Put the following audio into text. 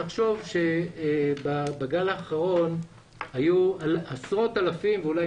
תחשוב שבגל האחרון היו עשרות אלפים ואולי